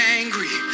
angry